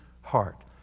heart